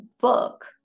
book